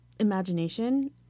imagination